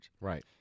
Right